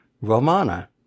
Romana